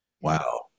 Wow